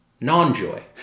non-joy